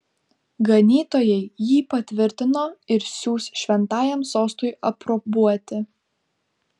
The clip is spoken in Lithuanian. ganytojai jį patvirtino ir siųs šventajam sostui aprobuoti